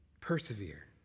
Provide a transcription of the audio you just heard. Persevere